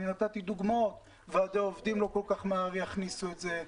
נתתי דוגמאות ועדי עובדים לא כל כך מהר יכניסו את זה,